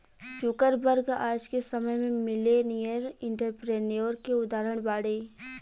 Zuckerberg आज के समय में मिलेनियर एंटरप्रेन्योर के उदाहरण बाड़े